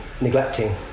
neglecting